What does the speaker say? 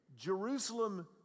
Jerusalem